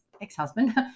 ex-husband